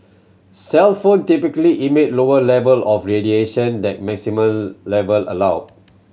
cellphone typically emit lower level of radiation than maximum level allowed